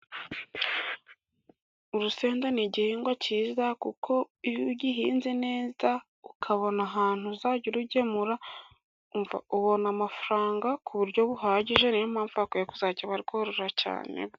Urusenda ni igihingwa ciza kuko iyo ugihinze neza ukabona ahantu uzajya urugemura, umva ubona amafaranga ku buryo buhagije. Niyo mpamvu bakwiye kuzajya ba rworora cyane.